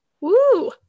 Woo